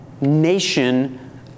nation